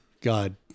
God